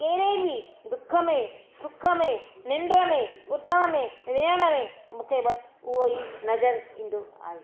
कहिड़े बि दुख में सुख में निंड में उथण में वेहण में मूंखे बसि उहो ई नज़र ईंदो आहे